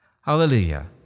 Hallelujah